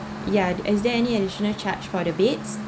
ya is there any additional charge for the beds